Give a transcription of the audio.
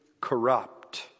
corrupt